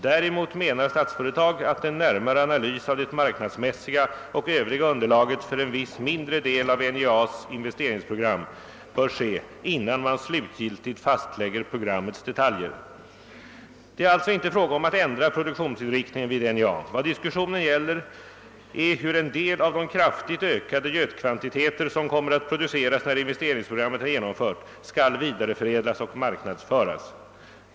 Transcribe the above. Däremot menar Statsföretag att en närmare analys av det marknadsmässiga och övriga underlaget för en viss mindre del av NJA:s investeringsprogram bör ske innan man slutgiltigt fastlägger programmets detaljer. Det är alltså inte fråga om att ändra produktionsinriktningen vid NJA. Vad diskussionen gäller är hur en del av de kraftigt ökade götkvantiteter, som kommer att produceras när investeringsprogrammet är genomfört, skall vidareförädlas och marknadsföras.